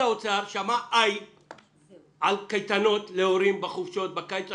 האוצר שמע שכואב על קייטנות להורים בחופשות הקיץ,